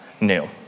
new